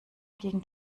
gegen